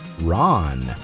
Ron